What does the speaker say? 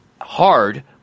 Hard